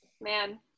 man